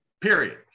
Period